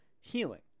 healing